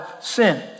sin